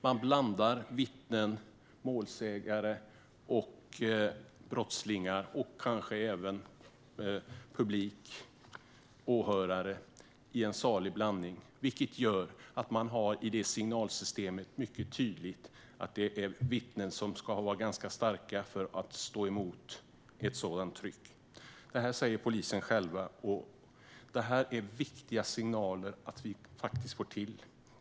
Man blandar vittnen, målsägande och brottslingar och kanske även åhörare i en salig blandning, vilket ger en tydlig signal att vittnen ska vara ganska starka för att stå emot ett sådant tryck. Det säger polisen själv, och det är viktigt att vi rättar till det.